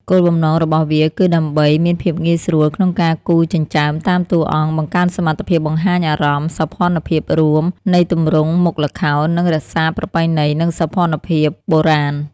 គោលបំណងរបស់វាគឺដើម្បី មានភាពងាយស្រួលក្នុងការគូរចិញ្ចើមតាមតួអង្គ បង្កើនសមត្ថភាពបង្ហាញអារម្មណ៍ សោភ័ណភាពរួមនៃទម្រង់មុខល្ខោន និងរក្សាប្រពៃណីនិងសោភ័ណភាពបុរាណ។